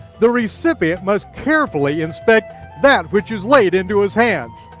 the recipient must carefully inspect that which is laid into his hands.